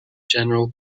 general